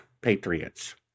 patriots